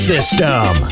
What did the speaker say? System